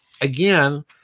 again